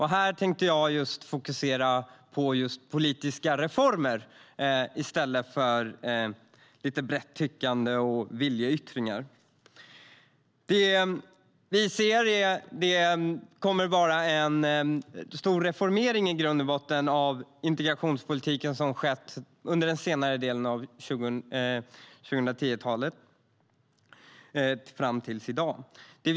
Jag tänkte fokusera på politiska reformer i stället för brett tyckande och viljeyttringar. Det har under 2010-talet i grund och botten skett en stor reformering av integrationspolitiken.